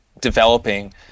developing